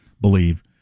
believe